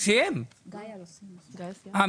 אני